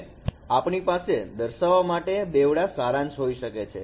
અને આપણી પાસે દર્શાવવા માટે બેવડા સારાંશ હોઈ શકે છે